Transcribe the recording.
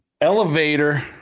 elevator